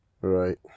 Right